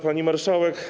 Pani Marszałek!